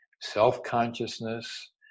self-consciousness